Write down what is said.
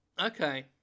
Okay